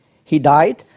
he died.